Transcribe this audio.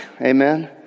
amen